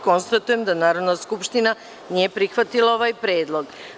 Konstatujem da Narodna skupština nije prihvatila ovaj predlog.